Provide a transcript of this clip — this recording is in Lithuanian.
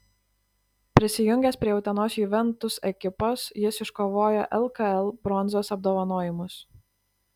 prisijungęs prie utenos juventus ekipos jis iškovojo lkl bronzos apdovanojimus